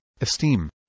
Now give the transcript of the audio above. esteem